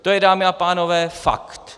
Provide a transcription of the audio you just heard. To je, dámy a pánové, fakt.